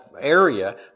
Area